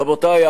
רבותי,